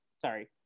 sorry